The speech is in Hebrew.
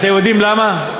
אתם יודעים למה?